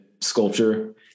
sculpture